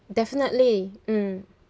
definitely mm